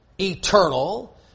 Eternal